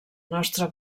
nostre